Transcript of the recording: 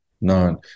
None